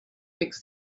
makes